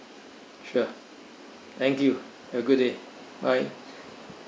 sure thank you have a good day bye